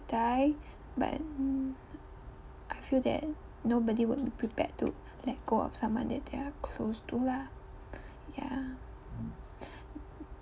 die but I feel that nobody will be prepared to let go someone that they are close to lah ya